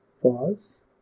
pause